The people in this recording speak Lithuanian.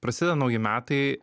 prasideda nauji metai